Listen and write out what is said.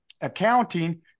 accounting